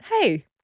hey